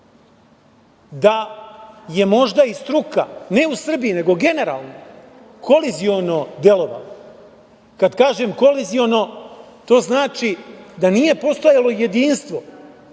da je možda i struka, ne u Srbiji, nego generalno, koliziono delovala. Kad kažem koliziono, to znači da nije postojalo jedinstvo